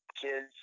kids